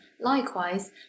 likewise